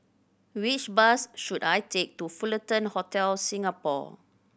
which bus should I take to Fullerton Hotel Singapore